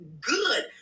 good